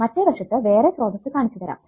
മറ്റേ വശത്തു വേറെ സ്രോതസ്സ് കാണിച്ചു തരാം